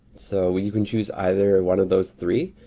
so well, you can choose either one of those three.